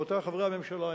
רבותי חברי הממשלה,